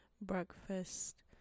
breakfast